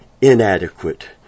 inadequate